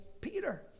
Peter